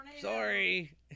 sorry